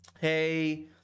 hey